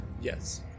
Yes